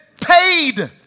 paid